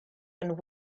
and